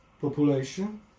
Population